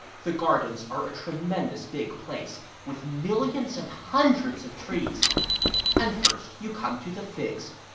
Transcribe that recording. the gardens are a tremendous big place, with millions and hundreds of trees and first you come to the figs,